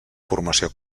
formació